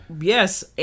Yes